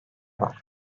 var